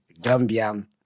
Gambia